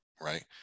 right